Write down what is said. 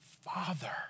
Father